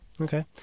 Okay